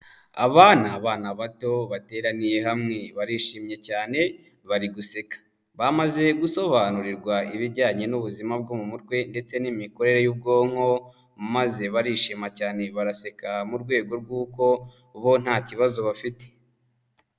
Aba ni abana bato bateraniye hamwe barishimye cyane bari guseka, bamaze gusobanurirwa ibijyanye n'ubuzima bwo mu mutwe ndetse n'imikorere y'ubwonko maze barishima cyane baraseka mu rwego rw'uko bo nta kibazo bafite.